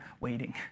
waiting